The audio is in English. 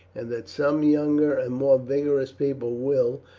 and that some younger and more vigorous people will,